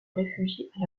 réfugient